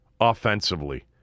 offensively